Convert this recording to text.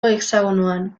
hexagonoan